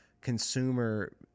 consumer